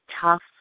tough